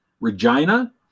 regina